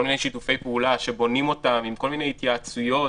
כל מיני שיתופי פעולה שבונים אותם עם כל מיני התייעצויות